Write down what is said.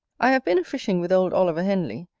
i have been a-fishing with old oliver henly,